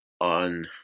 on